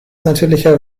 natürlicher